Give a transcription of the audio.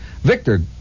Victor